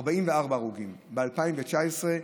44 הרוגים, ב-2019,